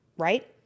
right